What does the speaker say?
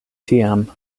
tiam